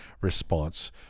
response